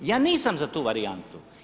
Ja nisam za tu varijantu.